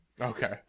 Okay